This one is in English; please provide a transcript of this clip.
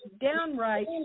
downright